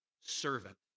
servant